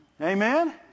Amen